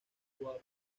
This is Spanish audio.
suave